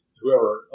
whoever